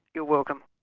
you're welcome.